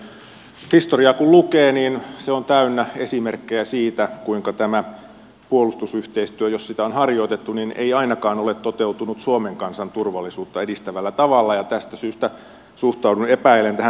historiaa kun lukee niin se on täynnä esimerkkejä siitä kuinka tämä puolustusyhteistyö jos sitä on harjoitettu ei ainakaan ole toteutunut suomen kansan turvallisuutta edistävällä tavalla ja tästä syystä suhtaudun epäillen tähän